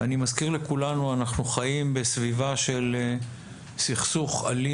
אני מזכיר לכולנו שאנחנו חיים בסביבה של סכסוך אלים